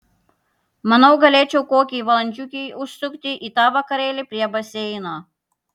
manau galėčiau kokiai valandžiukei užsukti į tą vakarėlį prie baseino